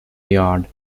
yard